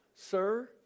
Sir